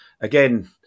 Again